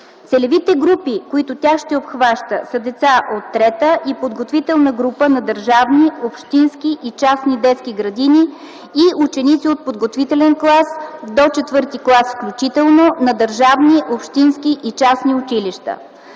Целевите групи, които тя ще обхваща, са деца от 3-та и подготвителна група на държавни, общински и частни детски градини и ученици от подготвителен клас до ІV клас включително на държавни, общински и частни училища.